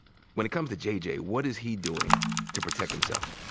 when it comes to jj what is he doing to protect himself?